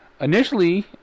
Initially